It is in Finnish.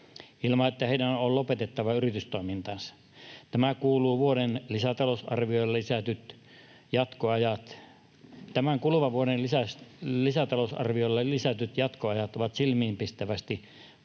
ilman että heidän on lopetettava yritystoimintansa. Tämän kuluvan vuoden lisätalousarviolle lisätyt jatkoajat ovat silmiinpistävästi